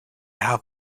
have